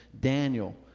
Daniel